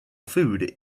food